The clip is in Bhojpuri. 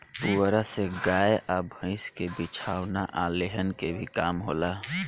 पुआरा से गाय आ भईस के बिछवाना आ लेहन के भी काम होला